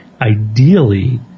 ideally